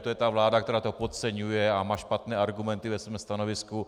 To je ta vláda, která to podceňuje a má špatné argumenty ve svém stanovisku.